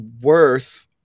worth